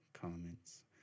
comments